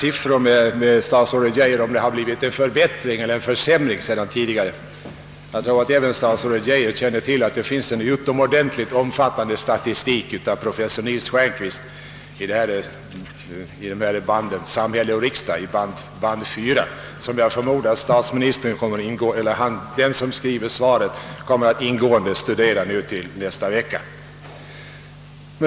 Jag skall inte med statsrådet Geijer diskutera, 'om det blivit en förbättring eller en försämring jämfört med tidigare år. Jag tror att även statsrådet Geijer känner till att det finns en omfattande statistik av professor Nils Stjernquist i band IV av »Samhälle och riksdag», som jag förmodar att den som utarbetar statsministerns svar kommer att studera till nästa vecka.